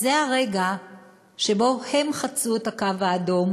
זה הרגע שבו הם חצו את הקו האדום,